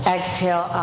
Exhale